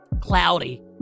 Cloudy